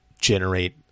generate